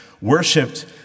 worshipped